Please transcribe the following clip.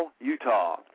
Utah